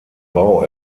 bau